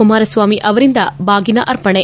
ಕುಮಾರಸ್ವಾಮಿ ಅವರಿಂದ ಬಾಗಿನ ಆರ್ಪಣೆ